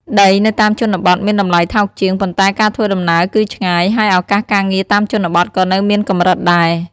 ដីនៅតាមជនបទមានតម្លៃថោកជាង ប៉ុន្តែការធ្វើដំណើរគឺឆ្ងាយ ហើយឱកាសការងារតាមជនបទក៏នៅមានកម្រិតដែរ។